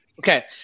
Okay